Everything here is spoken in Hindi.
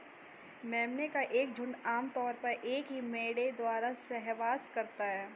मेमने का एक झुंड आम तौर पर एक ही मेढ़े द्वारा सहवास करता है